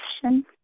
question